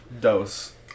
Dose